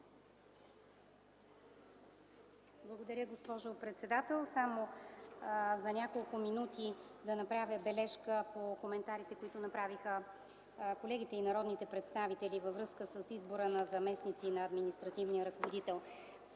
Благодаря Ви, госпожо председател. Искам да направя само за няколко минути бележка по коментарите, които направиха колегите и народните представители във връзка с избора на заместници на административния ръководител.